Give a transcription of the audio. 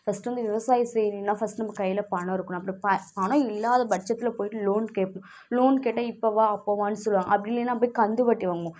first வந்து விவசாயம் செய்கிறீங்கன்னா ஃபஸ்ட்டு நம்ம கையில பணம் இருக்கணும் அப்படி ப பணம் இல்லாத பட்சத்தில் போயிட்டு லோன் கேட்போம் லோன் கேட்டால் இப்போ வா அப்போ வான்னு சொல்லுவாங்கள் அப்படி இல்லைன்னா போய் கந்துவட்டி வாங்குவோம்